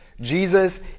Jesus